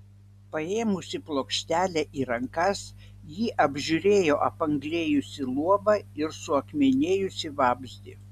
paėmusi plokštelę į rankas ji apžiūrėjo apanglėjusį luobą ir suakmenėjusį vabzdį